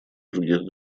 других